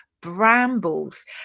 brambles